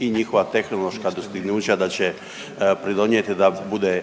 i njihova tehnološka dostignuća da će pridonijeti da bude